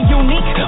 unique